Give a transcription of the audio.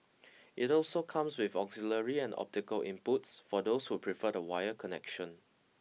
it also comes with auxiliary and optical inputs for those who prefer a wired connection